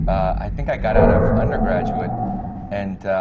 i think i got out of undergraduate and